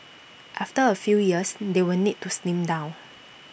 after A few years they will need to slim down